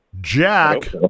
Jack